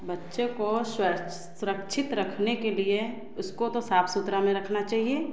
बच्चे को सुरक्षित रखने के लिए उसको तो साफ सुथरा में रखना चाहिए